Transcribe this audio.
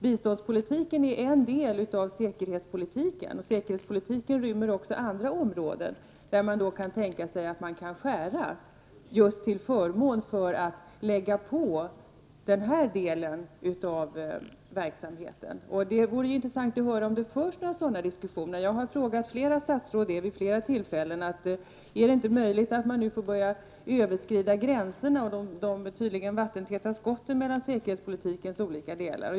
Biståndspolitiken är en del av säkerhetspolitiken, och säkerhetspolitiken rymmer också andra områden, där man kan tänka sig att skära till förmån för den här delen av verksamheten. Det vore intressant att få höra om det förs några sådana diskussioner. Jag har vid olika tillfällen frågat flera statsråd om det inte är möjligt att nu börja överskrida gränserna och de tydligen vattentäta skotten mellan säkerhetspolitikens olika delar.